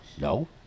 no